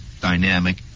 dynamic